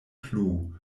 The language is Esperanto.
plu